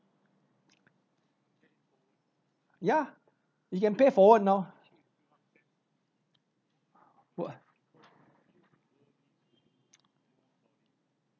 ya you can pay for what now !wah!